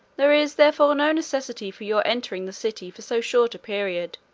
there is therefore no necessity for your entering the city for so short a period.